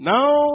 Now